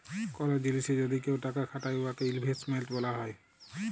call জিলিসে যদি কেউ টাকা খাটায় উয়াকে ইলভেস্টমেল্ট ব্যলা হ্যয়